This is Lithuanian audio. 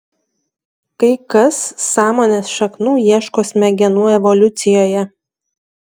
kai kas sąmonės šaknų ieško smegenų evoliucijoje